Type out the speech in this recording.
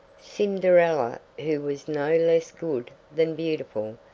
cinderella, who was no less good than beautiful,